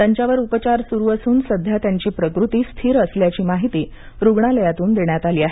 त्यांच्यावर उपचार सुरु असून सध्या त्यांची प्रकृती स्थिर असल्याची माहिती रुग्णालयातून देण्यात आली आहे